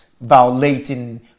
violating